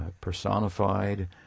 personified